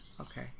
Okay